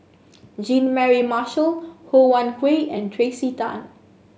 Jean Mary Marshall Ho Wan Hui and Tracey Tan